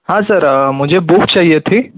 हां सर मुझे बुक चाहिए थी